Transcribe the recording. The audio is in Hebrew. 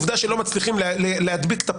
ועובדה שלא מצליחים להדביק את הפער,